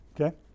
okay